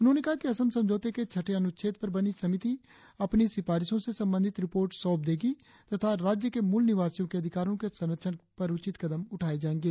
उन्होंने कहा कि असम समझौते के छठे अनुच्छेद पर बनी समिति अपनी सिफारिशों से संबंधित रिपोर्ट सौंप देगी तथा राज्य के मूल निवासियों के अधिकारों के संरक्षण पर उचित कदम उठाए जाएंगे